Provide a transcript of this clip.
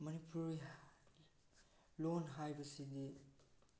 ꯃꯅꯤꯄꯨꯔꯤ ꯂꯣꯟ ꯍꯥꯏꯕꯁꯤꯗꯤ